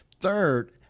third